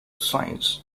signs